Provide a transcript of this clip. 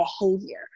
behavior